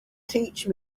teach